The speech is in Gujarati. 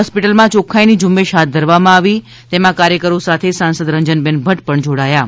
હોસ્પિટલમાં યોખ્ખાઈની ઝુંબેશ હાથ ધરવામાં આવી તેમાં કાર્યકરો સાથે સાંસદ રંજનબેન ભદ્દ પણ જોડાયા હતા